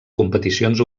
competicions